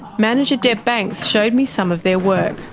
manager deb banks showed me some of their work.